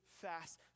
fast